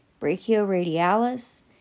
brachioradialis